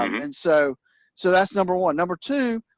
um and so so that's number one number two,